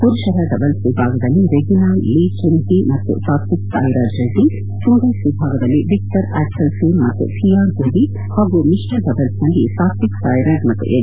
ಮರುಷರ ಡಬಲ್ಸ್ ವಿಭಾಗದಲ್ಲಿ Reginald Lee Chun Hei ಮತ್ತು ಸಾತ್ವಿಕ್ ಸಾಯಿರಾಜ್ ರೆಡ್ಡಿ ಸಿಂಗಲ್ಸ್ ವಿಭಾಗದಲ್ಲಿ ವಿಕ್ಟರ್ ಆ್ಯಕ್ಲಲ್ ಸೇನ್ ಮತ್ತು ಥೀಯಾನ್ ಮವಿ ಪಾಗೂ ಮಿತ್ರ ಡಬಲ್ಸ್ನಲ್ಲಿ ಸಾಕ್ವಿಕ್ ಸಾಯಿರಾಜ್ ಮತ್ತು ಎನ್